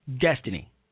destiny